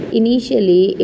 initially